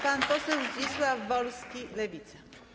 Pan poseł Zdzisław Wolski, Lewica.